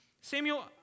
Samuel